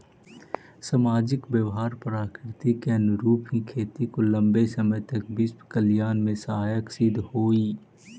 सामाजिक व्यवहार प्रकृति के अनुरूप ही खेती को लंबे समय तक विश्व कल्याण में सहायक सिद्ध होई